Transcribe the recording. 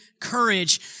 courage